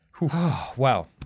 wow